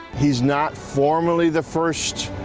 he's not formally. the first.